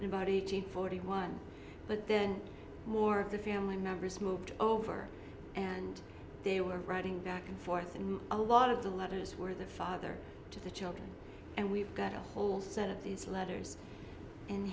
in about eight hundred and forty one but then more of the family members moved over and they were writing back and forth and a lot of the letters were the father to the children and we've got a whole set of these letters and